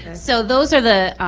so those are the.